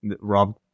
Rob